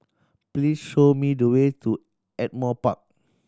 please show me the way to Ardmore Park